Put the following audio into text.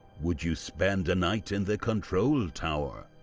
would you spend a night in the control tower?